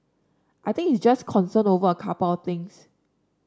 I think it's just concern over a couple of things